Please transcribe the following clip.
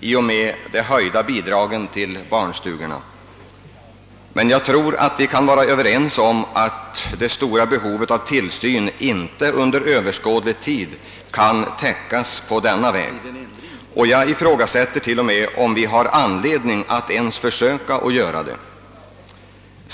i och med de höjda bidragen till barnstugorna. Men jag tror att vi kan vara överens om att det stora behovet av barntillsyn inte under överskådlig tid kan täckas på denna väg. Jag ifrågasätter till och med om wvi har anledning att ens försöka göra det.